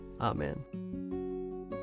Amen